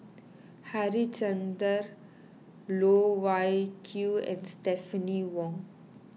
Harichandra Loh Wai Kiew and Stephanie Wong